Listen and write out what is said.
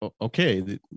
okay